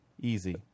Easy